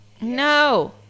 No